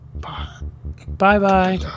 Bye-bye